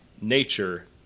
nature